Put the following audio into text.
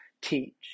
teach